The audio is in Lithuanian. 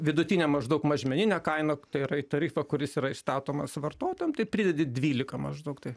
vidutinę maždaug mažmeninę kainą tai yra tarifą kuris yra įstatomas vartotojams tai pridedi dvylika maždaug taip